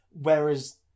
Whereas